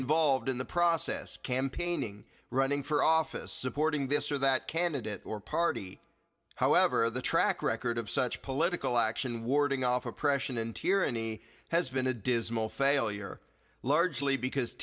involved in the process campaigning running for office supporting this or that candidate or party however the track record of such political action warding off oppression and tyranny has been a dismal failure largely because